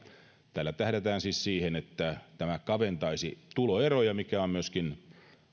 tällä tähdätään siis siihen että tämä kaventaisi tuloeroja mikä on myöskin